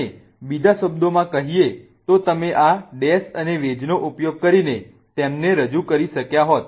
અને બીજા શબ્દોમાં કહીએ તો તમે આ ડેશ અને વેજ નો ઉપયોગ કરીને તેમને રજૂ કરી શક્યા હોત